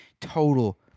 Total